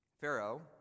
Pharaoh